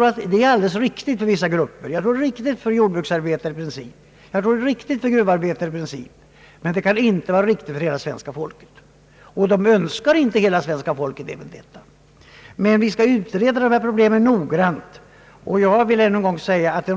En sådan sänkning av pensionsåldern är riktig för vissa yrkesgrupper — den är i princip riktig för jordbruksarbetare och för gruvarbetare, men den är inte riktig när det gäller hela svenska folket. Hela svenska folket önskar inte heller detta. Vi bör emellertid noggrant utreda dessa problem. Jag vill ännu en gång säga, att det